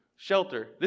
Shelter